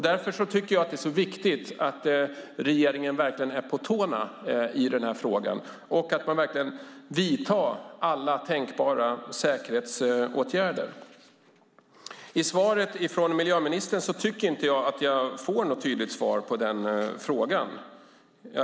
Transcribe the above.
Därför tycker jag att det är så viktigt att regeringen verkligen är på tårna i denna fråga och att man vidtar alla tänkbara säkerhetsåtgärder. Jag tycker inte att jag får något tydligt svar på frågan i svaret från miljöministern.